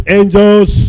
angels